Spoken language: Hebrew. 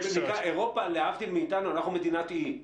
אבל, להבדיל מאיתנו, שאנחנו מדינת אי,